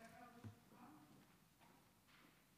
בתקופה האחרונה חלה